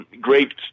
great